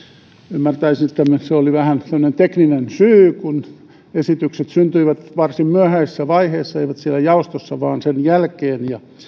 ymmärtäisin että se oli vähän semmoinen tekninen syy kun esitykset syntyivät varsin myöhäisessä vaiheessa eivät siellä jaostossa vaan sen jälkeen ja